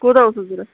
کوٗتاہ اوسوٕ ضروٗرت